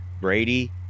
Brady